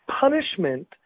punishment